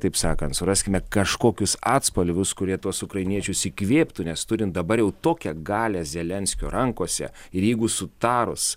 taip sakant suraskime kažkokius atspalvius kurie tuos ukrainiečius įkvėptų nes turint dabar jau tokią galią zelenskio rankose ir jeigu sutarus